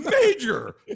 Major